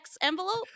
envelope